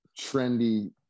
trendy